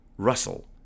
Russell